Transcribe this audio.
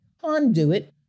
conduit